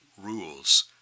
rules